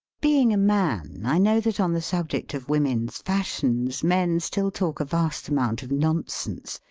being a man, i know that on the subject of wo men's fashions men still talk a vast amount of nonsense,